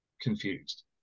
confused